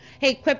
Hey